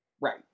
Right